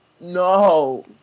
No